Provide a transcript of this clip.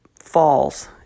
falls